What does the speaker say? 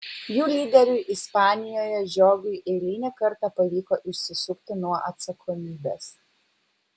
jų lyderiui ispanijoje žiogui eilinį kartą pavyko išsisukti nuo atsakomybės